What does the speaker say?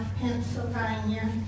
Pennsylvania